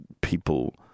people